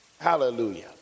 hallelujah